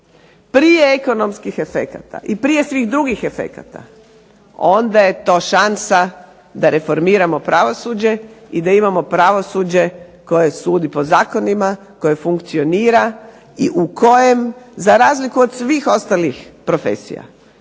prije ekonomskih efekata i prije svih drugih efekata onda je to šansa da reformiramo pravosuđe i da imamo pravosuđe koje sudi po zakonima, koje funkcionira i u kojem za razliku od svih ostalih profesija